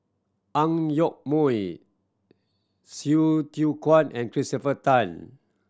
Ang Yoke Mooi Hsu Tse Kwang and Christopher Tan